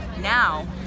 now